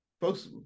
folks